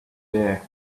bare